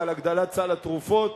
ועל הגדלת סל התרופות,